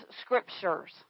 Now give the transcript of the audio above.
scriptures